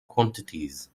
quantities